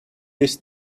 this